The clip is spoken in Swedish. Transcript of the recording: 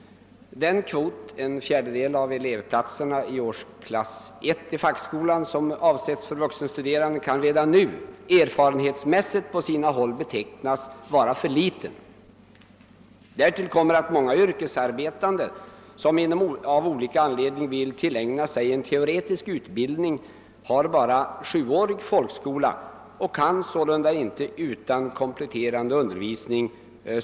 Den kvot, en fjärdedel av elevplatserna i årskurs 1 i fackskolan, som är avsedd för vuxenstuderande, kan redan nu erfarenhetsmässigt på sina håll betecknas vara för liten. Därtill kommer att många yrkesarbetande som av olika anledningar vill tillägna sig en teoretisk utbildning bara har sjuårig folkskola som grund och sålunda inte kan söka till fackskolan utan kompletterande utbildning.